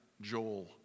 Joel